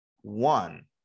One